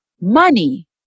money